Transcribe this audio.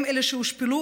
הן אלה שהושפלו,